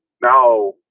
now